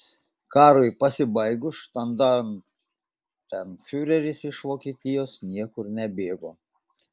karui pasibaigus štandartenfiureris iš vokietijos niekur nebėgo